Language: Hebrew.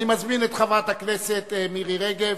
אני מזמין את חברת הכנסת מירי רגב,